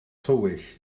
tywyll